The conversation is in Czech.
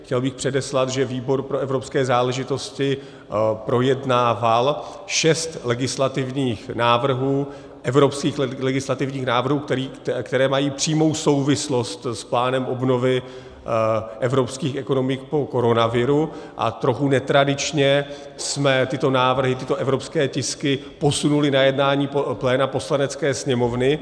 Chtěl bych předeslat, že výbor pro evropské záležitosti projednával šest legislativních návrhů, evropských legislativních návrhů, které mají přímou souvislost s plánem obnovy evropských ekonomik po koronaviru, a trochu netradičně jsme tyto návrhy, tyto evropské tisky, posunuli na jednání pléna Poslanecké sněmovny.